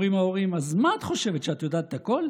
אומרים ההורים: אז מה את חושבת, שאת יודעת הכול?